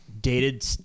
dated